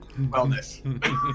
wellness